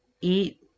Eat